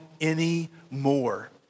anymore